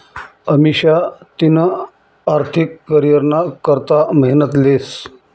अमिषा तिना आर्थिक करीयरना करता मेहनत लेस